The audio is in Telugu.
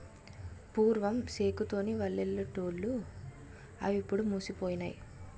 పూర్వం సేకు తోని వలలల్లెటూళ్లు అవిప్పుడు మాసిపోనాయి